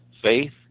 Faith